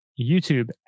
YouTube